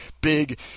big